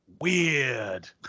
weird